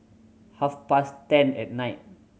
half past ten at night